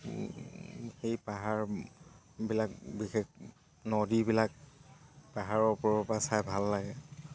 সেই পাহাৰবিলাক বিশেষ নদীবিলাক পাহাৰৰ ওপৰৰ পৰা চাই ভাল লাগে